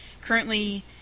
currently